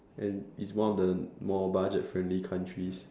and it's one of the more budget friendly countries